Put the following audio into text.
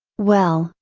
well,